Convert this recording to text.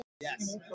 Yes